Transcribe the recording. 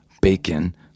bacon